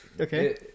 okay